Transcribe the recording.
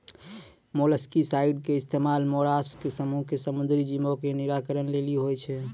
molluscicide के इस्तेमाल mollusc समूहो के समुद्री जीवो के निराकरण लेली होय छै